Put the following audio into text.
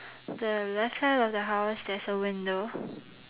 the left side of the house there's a window